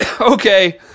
okay